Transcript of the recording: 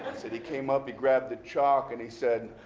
said, he came up, he grabbed the chalk, and he said,